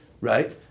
right